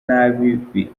nabi